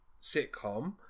sitcom